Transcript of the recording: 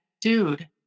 dude